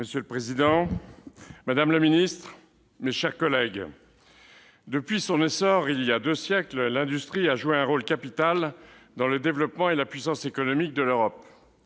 Monsieur le président, madame la secrétaire d'État, mes chers collègues, depuis son essor il y a deux siècles, l'industrie a joué un rôle capital dans le développement et la puissance économique de l'Europe.